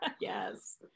Yes